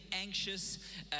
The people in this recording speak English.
anxious